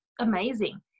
amazing